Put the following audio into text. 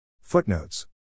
Footnotes